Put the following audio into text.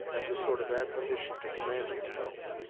as a sort of admonition to command himself.